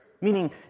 Meaning